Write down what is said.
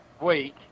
week